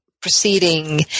proceeding